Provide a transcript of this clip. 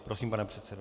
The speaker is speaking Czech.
Prosím, pane předsedo.